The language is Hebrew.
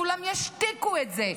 כולם ישתיקו את זה.